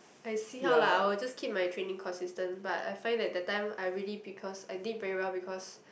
I see how lah I will just keep my training consistent but I find that the time I really because I did very well because